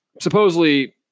supposedly